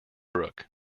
brook